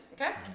okay